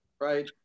right